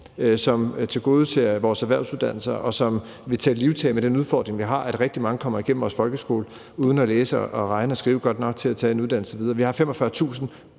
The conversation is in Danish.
som tilgodeser vores erhvervsuddannelser, og som vil tage livtag med den udfordring, vi har, nemlig at rigtig mange kommer igennem vores folkeskole uden at læse, regne eller skrive godt nok til at tage en uddannelse. Vi har 45.000